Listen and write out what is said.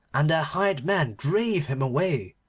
and their hired men drave him away,